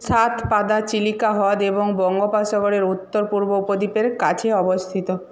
শতপদ চিলিকা হ্রদ এবং বঙ্গোপসাগরের উত্তর পূর্ব উপদ্বীপের কাছে অবস্থিত